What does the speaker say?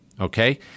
okay